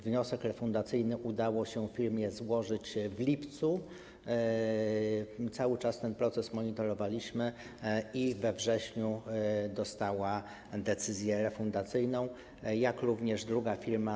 Wniosek refundacyjny udało się firmie złożyć w lipcu, cały czas ten proces monitorowaliśmy, i we wrześniu dostała decyzję refundacyjną, jak również druga firma.